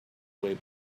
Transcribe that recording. way